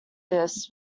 this